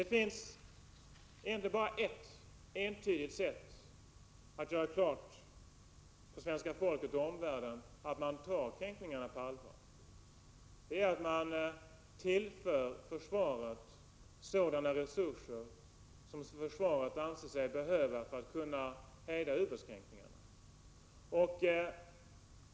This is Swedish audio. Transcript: Det finns ändå bara ett entydigt sätt att göra klart för svenska folket och omvärlden att man tar kränkningarna på allvar, och det är att man tillför försvaret sådana resurser som försvaret anser sig behöva för att kunna hejda ubåtskränkningarna.